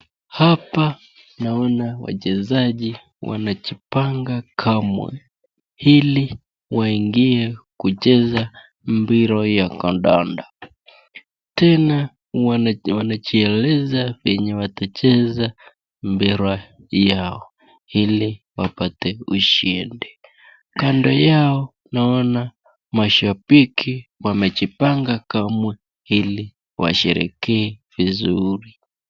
Hapa naona wachezaji wanajipanga kamwe ili waingie kucheza mpira wa kandanda, tena wanajielezea fenye watacheza mpira yao ili wapate ushindi, kando yao naona mashabiki wamejipanga kamwe ili washereke vizuri.